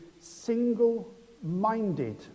single-minded